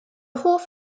hoff